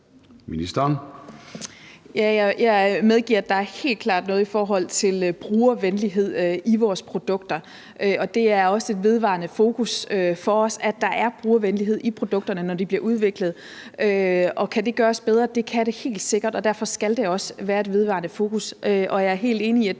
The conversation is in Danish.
Jeg medgiver, at der helt klart er noget i forhold til brugervenlighed i vores produkter. Det er også et vedvarende fokus for os, at der er brugervenlighed i produkterne, når de bliver udviklet. Og kan det gøres bedre? Det kan det helt sikkert, og derfor skal det også være et vedvarende fokus. Jeg er helt enig i, at